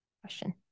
Question